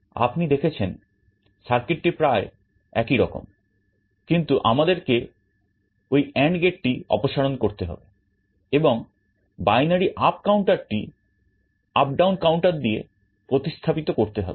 আপনি দেখছেন সার্কিটটি প্রায় একইরকম কিন্তু আমাদেরকে ওই AND gateটি অপসারণ করতে হবে এবং binary up counterটি updown counter দিয়ে প্রতিস্থাপিত করতে হবে